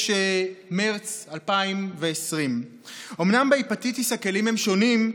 מרץ 2020. אומנם בהפטיטיס הכלים הם שונים,